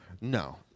No